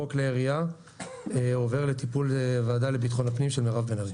חוק כלי ירייה עובר לטיפול הוועדה לביטחון פנים של מירב בן ארי.